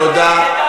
תודה.